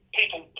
people